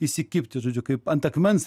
įsikibti žodžiu kaip ant akmens